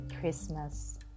Christmas